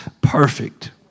perfect